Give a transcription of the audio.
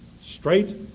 Straight